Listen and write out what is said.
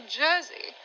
jersey